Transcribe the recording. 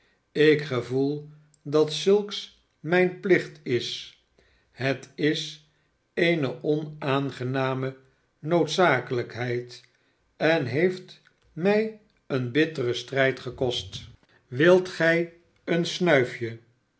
ik gevoel dat zulks mijn plicht is het is eene onaangename noodzakelijkheid en heeft mij een bitteren strijd gekost wilt gij een snuifje